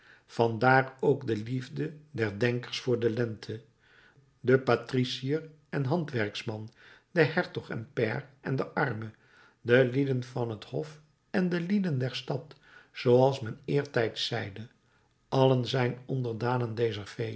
vandaar ook de liefde der denkers voor de lente de patriciër en de handwerksman de hertog en pair en de arme de lieden van het hof en de lieden der stad zooals men eertijds zeide allen zijn onderdanen